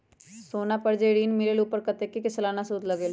सोना पर जे ऋन मिलेलु ओपर कतेक के सालाना सुद लगेल?